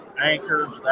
anchors